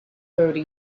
thirty